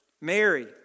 Mary